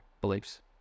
Beliefs